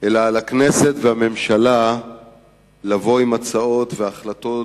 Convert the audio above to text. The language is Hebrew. אלא על הכנסת והממשלה לבוא עם החלטות